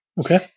Okay